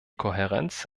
kohärenz